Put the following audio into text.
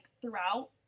throughout